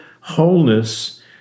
wholeness